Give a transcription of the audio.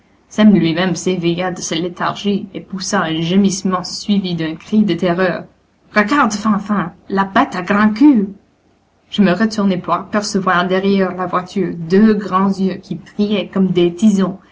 lui-même s'éveilla de sa léthargie et poussa un gémissement suivi d'un cri de terreur regarde fanfan la bête à grand'queue je me retournai pour apercevoir derrière la voiture deux grands yeux qui brillaient comme des tisons